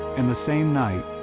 and the same night,